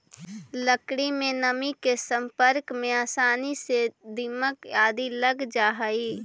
लकड़ी में नमी के सम्पर्क में आसानी से दीमक आदि लग जा हइ